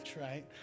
right